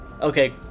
okay